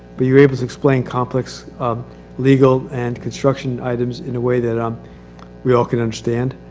but you were able to explain complex legal and construction items in a way that um we all could understand.